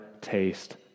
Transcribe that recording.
taste